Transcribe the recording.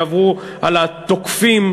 יעברו על התוקפים.